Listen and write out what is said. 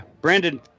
Brandon